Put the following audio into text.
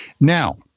Now